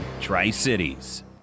Tri-Cities